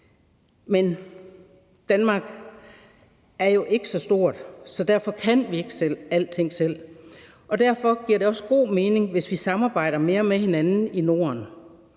Men Danmark er jo ikke så stort, så derfor kan vi ikke alting selv, og derfor giver det også god mening, hvis vi samarbejder mere med hinanden i Norden,